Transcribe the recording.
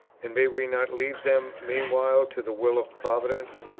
and may we not leave them meanwhile to the will of providence?